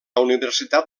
universitat